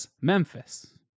Memphis